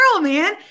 man